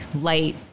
light